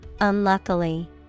unluckily